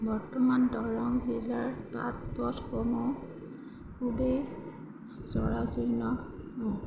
বৰ্তমান দৰং জিলাৰ বাট পথসমূহ খুবেই জৰাজীৰ্ণ